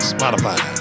Spotify